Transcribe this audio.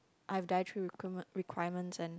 I've dietary requirement~ requirements and